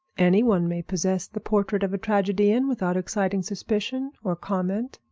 any one may possess the portrait of a tragedian without exciting suspicion or comment.